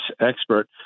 expert